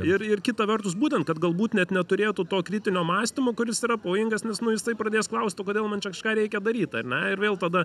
ir ir kita vertus būtent kad galbūt net neturėtų to kritinio mąstymo kuris yra pavojingas nes nu jisai pradės klaust o kodėl man čia kažką reikia daryt ar ne ir vėl tada